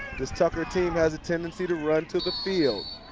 this tucker team has a tendency to run to the field.